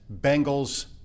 Bengals